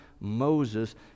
Moses